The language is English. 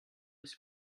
his